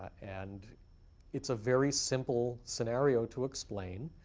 and it's a very simple scenario to explain.